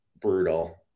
brutal